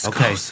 Okay